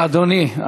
אדוני,